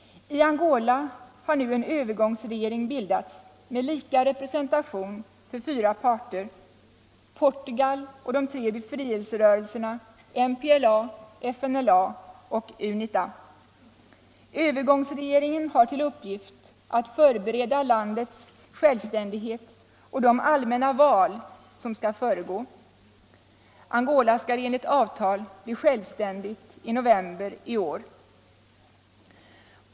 I Angola har nu en övergångsregering bildats med lika representation för fyra parter: Portugal och de tre befrielserörelserna MPLA, FNLA och Unita. Övergångsregeringen har till uppgift att förbereda landets själv ständighet och de allmänna val som skall föregå. Angola skall enligt avtal bli självständigt i november i år.